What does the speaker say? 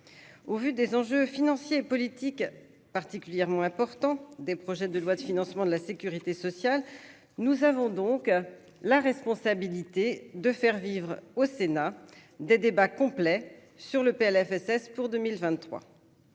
au vu des enjeux financiers et politiques particulièrement important des projets de loi de financement de la Sécurité sociale, nous avons donc la responsabilité de faire vivre au Sénat des débats complet sur le PLFSS pour 2023,